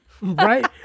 Right